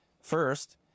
First